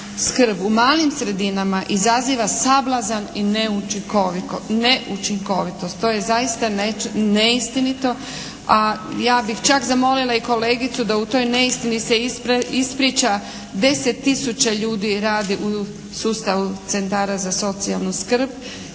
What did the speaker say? u malim sredinama izaziva sablazan i neučinkovitost. To je zaista neistinito, a ja bih čak zamolila i kolegicu da u toj neistini se ispriča. 10 tisuća ljudi radi u sustavu centara za socijalnu skrb